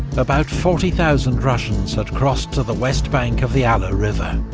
about forty thousand russians had crossed to the west bank of the alle ah river.